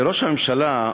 לראש הממשלה,